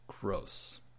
gross